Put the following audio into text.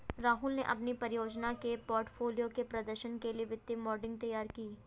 राहुल ने अपनी परियोजना के पोर्टफोलियो के प्रदर्शन के लिए वित्तीय मॉडलिंग तैयार की